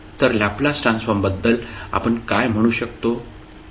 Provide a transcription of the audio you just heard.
तर लॅपलास ट्रान्सफॉर्मबद्दल आपण काय म्हणू शकतो